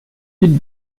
dites